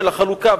של החלוקה.